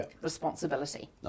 responsibility